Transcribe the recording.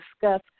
discuss